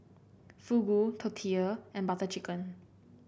Fugu Tortilla and Butter Chicken